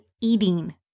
eating